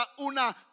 una